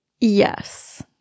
Yes